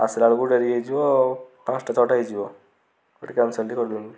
ଆସିଲା ବେଳକୁ ଡେରି ହେଇଯିବ ପାଞ୍ଚଟା ଛଅଟା ହେଇଯିବ ଟିକେ କ୍ୟାନସଲ୍ କରିଦିଅନ୍ତୁ